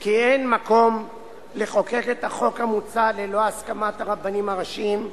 כי אין מקום לחוקק את החוק המוצע ללא הסכמת הרבנים הראשיים,